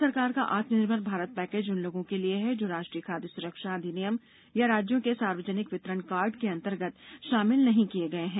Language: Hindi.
भारत सरकार का आत्मनिर्भर भारत पैकेज उन लोगों के लिए है जो राष्ट्रीय खाद्य सुरक्षा अधिनियम या राज्यों के सार्वजनिक वितरण कार्ड के अंतर्गत शामिल नहीं किए गए हैं